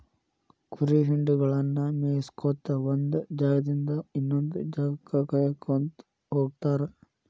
ಕುರಿ ಹಿಂಡಗಳನ್ನ ಮೇಯಿಸ್ಕೊತ ಒಂದ್ ಜಾಗದಿಂದ ಇನ್ನೊಂದ್ ಜಾಗಕ್ಕ ಕಾಯ್ಕೋತ ಹೋಗತಾರ